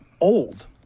old